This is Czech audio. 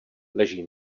leží